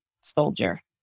soldier